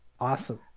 Awesome